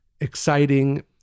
exciting